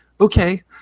Okay